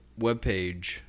webpage